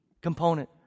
component